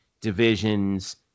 divisions